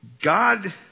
God